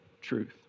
truth